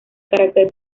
carácter